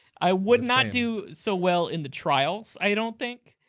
i would not do so well in the trials, i don't think.